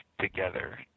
together